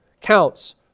counts